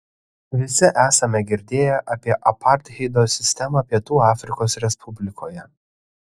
visi esame girdėję apie apartheido sistemą pietų afrikos respublikoje